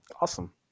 awesome